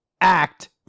act